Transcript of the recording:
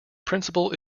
principle